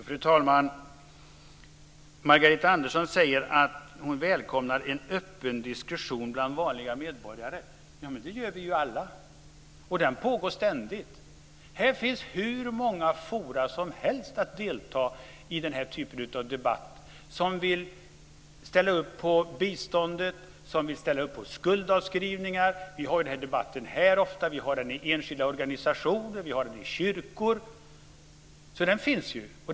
Fru talman! Margareta Andersson säger att hon välkomnar en öppen diskussion bland vanliga medborgare. Det gör vi alla. Den pågår ständigt. Det finns hur många forum som helst att delta i för den typen av debatt som vill ställa upp på biståndet och skuldavskrivningar. Vi har ofta den debatten här i kammaren. Vi har den i enskilda organisationer och i kyrkor. Den debatten finns.